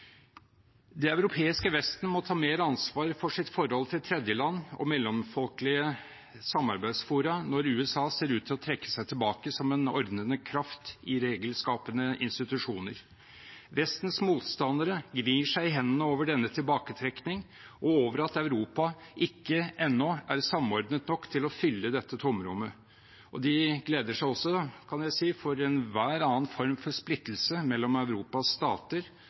Det europeiske Vesten må ta mer ansvar for sitt forhold til tredjeland og mellomfolkelige samarbeidsfora når USA ser ut til å trekke seg tilbake som en ordnende kraft i regelskapende institusjoner. Vestens motstandere gnir seg i hendene over denne tilbaketrekningen og over at Europa ennå ikke er samordnet nok til å fylle dette tomrommet, og de gleder seg også – kan jeg si – over enhver annen form for splittelse mellom Europas stater,